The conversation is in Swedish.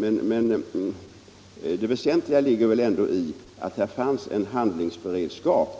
Men det väsentliga ligger väl ändå i att det fanns en handlingsberedskap